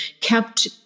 kept